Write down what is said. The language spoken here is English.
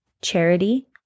charity